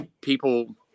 People